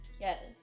Yes